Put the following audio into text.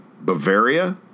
Bavaria